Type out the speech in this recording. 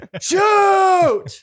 shoot